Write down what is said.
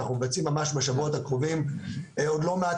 ואנחנו מבצעים ממש בשבועות הקרובים עוד לא מעט